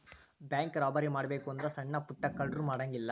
bank robbery ಮಾಡ್ಬೆಕು ಅಂದ್ರ ಸಣ್ಣಾ ಪುಟ್ಟಾ ಕಳ್ರು ಮಾಡಂಗಿಲ್ಲಾ